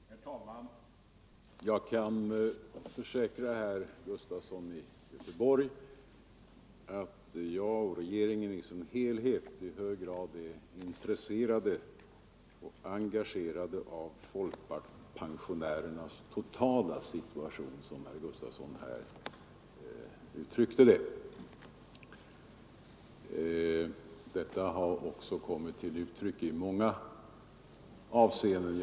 Herr talman! Jag kan försäkra herr Sven Gustafson i Göteborg att jag och regeringen i sin helhet är i hög grad intresserade av och engagerade i folkpensionärernas totala situation. Detta har också kommit till uttryck i många avseenden.